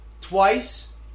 twice